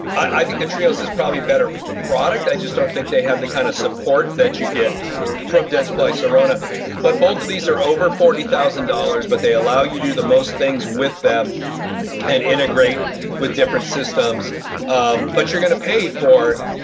i think the trio is is probably a better product i just don't think they have the kind of support that you get from dentsply sirona but both of these are over forty thousand dollars but they allow you do the most things with them and integrate with different systems um but you're going to pay for,